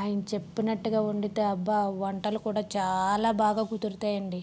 ఆయన చెప్పినట్టుగా వండితే అబ్బా వంటలు కూడా చాలా బాగా కుదురుతాయి అండి